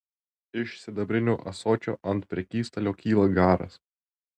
iš sidabrinio ąsočio ant prekystalio kyla garas